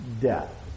Death